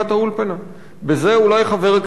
בזה אולי חבר הכנסת כץ יצדק,